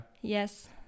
Yes